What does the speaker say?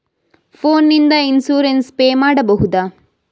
Phone ನಿಂದ insurance pay ಮಾಡಬಹುದ?